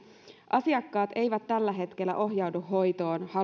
asiakkaat eivät tällä hetkellä ohjaudu hoitoon